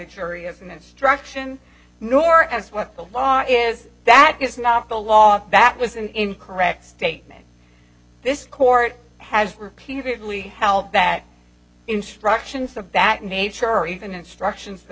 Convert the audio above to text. jury as an instruction nor as what the law is that is not the law that was an incorrect statement this court has repeatedly held that instructions of that nature or even instructions that